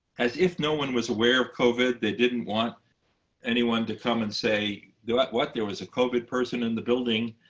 as if no one was aware of covid. they didn't want anyone to come and say, what? there was a covid person in the building,